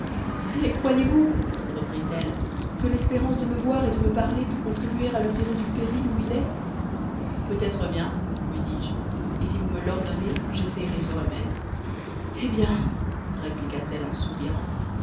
croyez-vous reprit-elle que l'espérance de me voir et de me parler pût contribuer à le tirer du péril où il est peut-être bien lui dit je et si vous me l'ordonnez j'essaierai ce remède hé bien répliqua-t-elle en soupirant